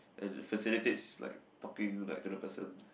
as it facilitates like talking like to the person